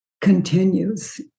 continues